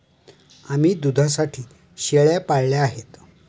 आम्ही दुधासाठी शेळ्या पाळल्या आहेत